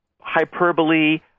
hyperbole